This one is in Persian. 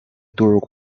دروغ